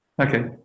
Okay